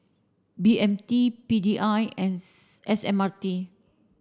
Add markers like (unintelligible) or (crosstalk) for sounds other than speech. B M T P D I and (unintelligible) S M R T